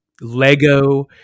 Lego